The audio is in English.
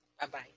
Bye-bye